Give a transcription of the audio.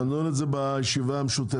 נכון על זה בישיבה המשותפת.